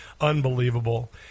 Unbelievable